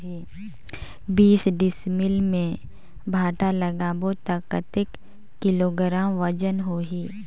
बीस डिसमिल मे भांटा लगाबो ता कतेक किलोग्राम वजन होही?